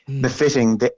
befitting